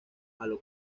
palo